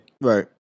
Right